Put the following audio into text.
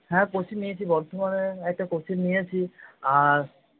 হ্যাঁ কোচিঙ নিয়েছি বর্ধমানে একটা কোচিঙ নিয়েছি আর